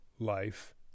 life